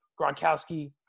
Gronkowski